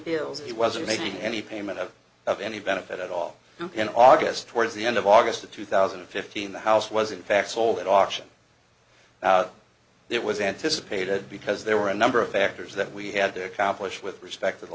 bills he wasn't making any payment of of any benefit at all in august towards the end of august of two thousand and fifteen the house was in fact sold at auction it was anticipated because there were a number of factors that we had to accomplish with respect to the